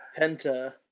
Penta